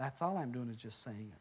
that's all i'm doing is just saying